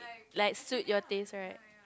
like suit your taste right